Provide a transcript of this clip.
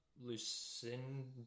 Lucinda